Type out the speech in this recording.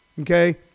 okay